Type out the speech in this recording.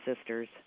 sisters